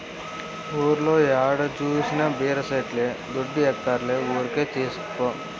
ఊర్లో ఏడ జూసినా బీర సెట్లే దుడ్డియ్యక్కర్లే ఊరికే తీస్కపో